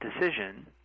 decision